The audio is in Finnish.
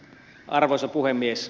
arvoisa puhemies